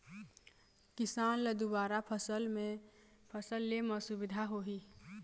किसान ल दुबारा फसल ले म सुभिता होही